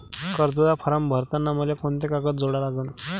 कर्जाचा फारम भरताना मले कोंते कागद जोडा लागन?